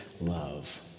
love